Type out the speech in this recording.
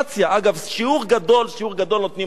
אגב, שיעור גדול, שיעור גדול נותנים השמאל.